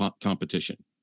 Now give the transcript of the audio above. competition